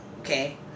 Okay